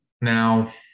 Now